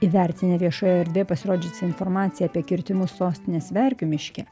įvertinę viešoje erdvėje pasirodžiusią informaciją apie kirtimus sostinės verkių miške